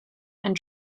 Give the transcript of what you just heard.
and